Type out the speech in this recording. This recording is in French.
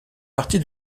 partie